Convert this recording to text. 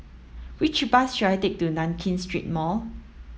which bus should I take to Nankin Street Mall